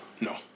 No